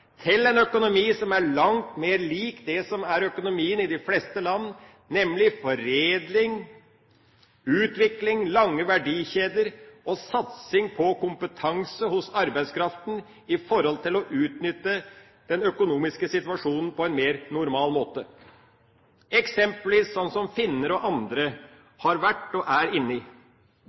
til en økonomi som er langt mer lik det som er økonomien i de fleste land, nemlig foredling, utvikling, lange verdikjeder og satsing på kompetanse hos arbeidskraften i forhold til å utnytte den økonomiske situasjonen på en mer normal måte, eksempelvis en slik omstilling som finner og andre har vært og er